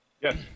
Yes